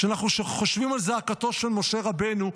כשאנחנו חושבים על זעקתו של משה רבנו,